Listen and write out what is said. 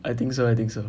I think so I think so